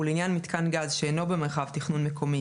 ולעניין מיתקן גז שאינו במרחב תכנון מקומי